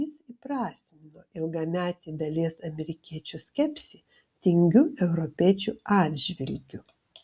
jis įprasmino ilgametį dalies amerikiečių skepsį tingių europiečių atžvilgiu